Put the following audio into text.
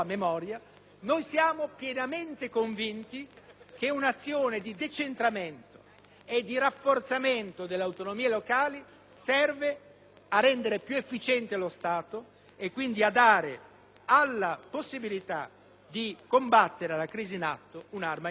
noi siamo pienamente convinti che un'azione di decentramento e di rafforzamento delle autonomie serve a rendere più efficiente lo Stato e quindi a dare un'arma in più alla possibilità di combattere la crisi in atto. Da queste